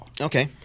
Okay